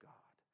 God